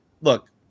look